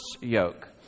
yoke